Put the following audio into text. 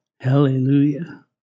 Hallelujah